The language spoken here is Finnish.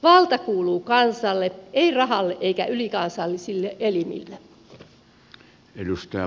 valta kuuluu kansalle ei rahalle eikä ylikansallisille elimille